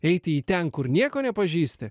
eiti į ten kur nieko nepažįsti